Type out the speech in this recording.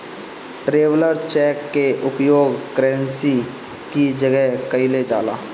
traveller cheque कअ उपयोग currency के जगही कईल जाला